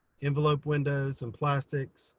envelope windows and plastics